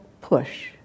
push